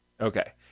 Okay